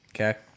Okay